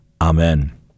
Amen